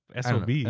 Sob